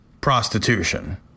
prostitution